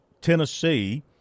Tennessee